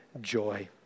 joy